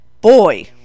boy